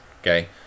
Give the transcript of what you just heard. okay